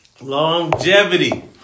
Longevity